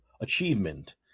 achievement